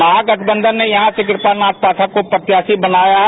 महागठबंधन ने यहां से कृपानाथ पाठक को प्रत्याशी बनाया है